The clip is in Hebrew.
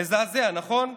מזעזע, נכון?